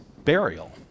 burial